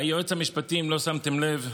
והיועץ המשפטי, אם לא שמתם לב,